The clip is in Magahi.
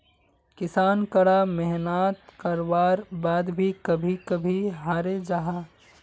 किसान करा मेहनात कारवार बाद भी कभी कभी हारे जाहा